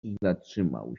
zatrzymał